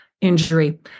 injury